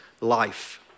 life